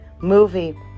movie